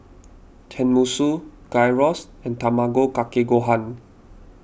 Tenmusu Gyros and Tamago Kake Gohan